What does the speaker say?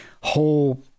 whole